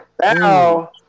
Now